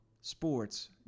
sports